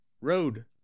road